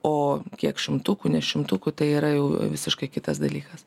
o kiek šimtukų ne šimtukų tai yra jau visiškai kitas dalykas